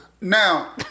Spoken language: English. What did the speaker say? Now